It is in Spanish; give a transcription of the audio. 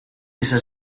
esas